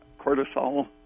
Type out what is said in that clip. cortisol